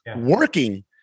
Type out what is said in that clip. working